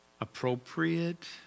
appropriate